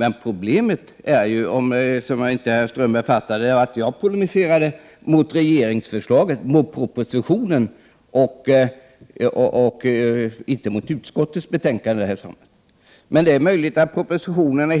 Men jag polemiserade, vilket herr Strömberg inte fattade, mot propositionen och inte mot utskottets förslag. Det är möjligt att propositio 31 nen är